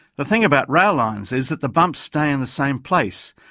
the thing about rail lines is that the bumps stay in the same place,